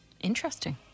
Interesting